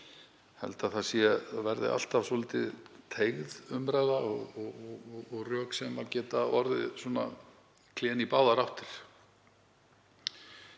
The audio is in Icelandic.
held að það verði alltaf svolítið teygð umræða og rök sem geta orðið klén í báðar áttir.